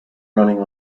running